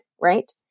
Right